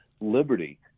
liberty